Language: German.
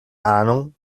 ahnung